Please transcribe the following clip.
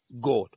God